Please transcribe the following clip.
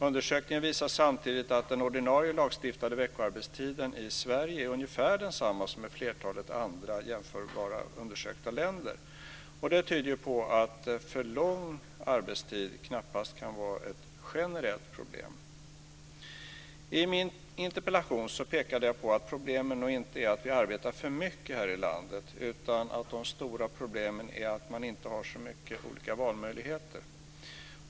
Undersökningen visar samtidigt att den ordinarie lagstiftade veckoarbetstiden i Sverige är ungefär densamma som i flertalet andra jämförbara undersökta länder. Det tyder ju på att för lång arbetstid knappast kan vara ett generellt problem. I min interpellation pekade jag på att problemet nog inte är att vi arbetar för mycket här i landet utan att det stora problemet är att man inte har så mycket olika valmöjligheter.